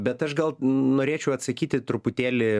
bet aš gal norėčiau atsakyti truputėlį